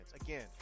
Again